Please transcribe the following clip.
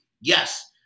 yes